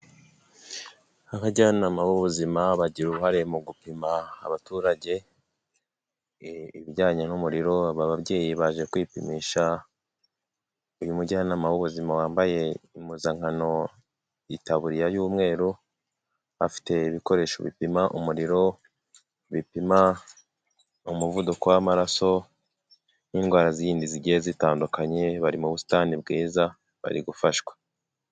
Abajyanama b'ubuzima bagira uruhare mu gupima abaturage ibijyanye n'umuriro, aba babyeyi baje kwipimisha. Uyu mujyanama w'ubuzima wambaye impuzankano itaburiya y'umweru, afite ibikoresho bipima umuriro, bipima umuvuduko w'amaraso n'indwara zindi z zigiye zitandukanye. Bari mu busitani bwiza bari gufashwa.